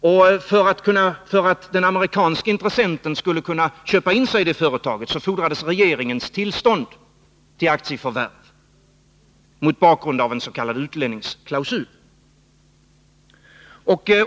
Om den amerikanske intressenten skulle kunna köpa in sig i det företaget, fordrades regeringens tillstånd till aktieförvärv mot bakgrund av en s.k. utlänningsklausul.